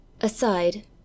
Aside